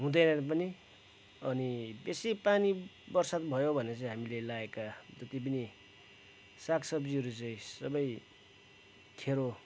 हुँदैन पनि अनि बेसी पानी बर्सात् भयो भने चाहिँ हामीले लाएका जति पनि साग सब्जीहरू चाहिँ सबै खेरो